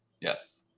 Yes